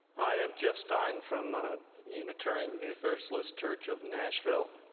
i'm jeff stein from unitarian universalist church of nashville.